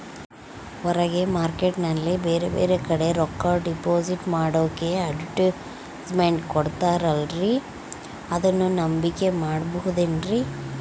ಹೊರಗೆ ಮಾರ್ಕೇಟ್ ನಲ್ಲಿ ಬೇರೆ ಬೇರೆ ಕಡೆ ರೊಕ್ಕ ಡಿಪಾಸಿಟ್ ಮಾಡೋಕೆ ಅಡುಟ್ಯಸ್ ಮೆಂಟ್ ಕೊಡುತ್ತಾರಲ್ರೇ ಅದನ್ನು ನಂಬಿಕೆ ಮಾಡಬಹುದೇನ್ರಿ?